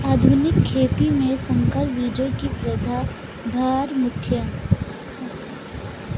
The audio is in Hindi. आधुनिक खेती में संकर बीजों की पैदावार मुख्य हैं